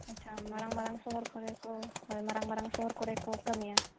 ᱟᱪᱪᱷᱟ ᱢᱟᱨᱟᱝ ᱢᱟᱨᱟᱝ ᱥᱚᱦᱚᱨ ᱠᱚᱨᱮ ᱠᱚ ᱦᱳᱭ ᱢᱟᱨᱟᱝ ᱢᱟᱨᱟᱝ ᱥᱚᱦᱚᱨ ᱠᱚᱨᱮ ᱠᱚ ᱠᱟᱹᱢᱤᱭᱟ